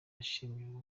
yashimye